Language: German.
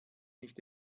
nicht